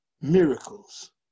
miracles